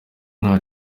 nta